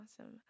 awesome